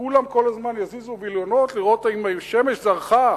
כולם כל הזמן יזיזו וילונות לראות אם השמש זרחה?